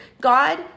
God